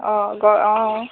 অঁ গ অঁ